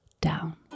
down